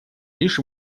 лишь